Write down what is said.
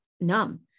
numb